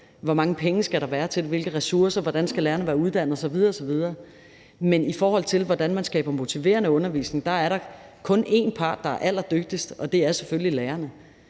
Hvor mange penge skal der være til det, hvilke ressourcer, hvordan skal lærerne være uddannet osv. osv.? Men i forhold til hvordan man skaber motiverende undervisning, er der kun én part, der er allerdygtigst, og det er selvfølgelig lærerne.